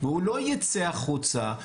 והוא לא ייצא החוצה,